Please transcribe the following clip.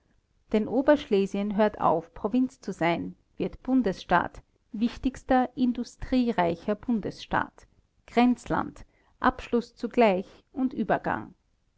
denn oberschlesien hört auf provinz zu sein wird bundesstaat wichtigster industriereicher bundesstaat grenzland abschluß zugleich und übergang